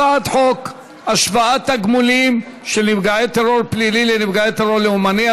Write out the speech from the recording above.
הצעת חוק השוואת תגמוליהם של נפגעי טרור פלילי לנפגעי טרור לאומני,